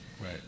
Right